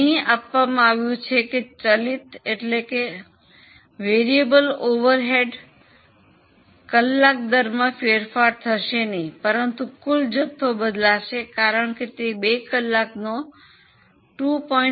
અહીં આપવામાં આવ્યું છે કે ચલિત પરોક્ષનો કલાક દરમાં ફેરફાર થશે નહીં પરંતુ કુલ જથ્થો બદલાશે કારણ કે તે 2 કલાકનો 2